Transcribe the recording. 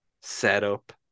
setup